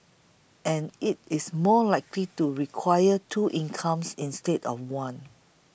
and it is more likely to require two incomes instead of one